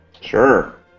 Sure